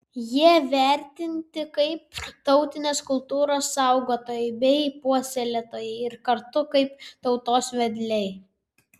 jie vertinti kaip tautinės kultūros saugotojai bei puoselėtojai ir kartu kaip tautos vedliai